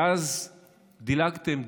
ואז דילגתם,